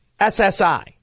SSI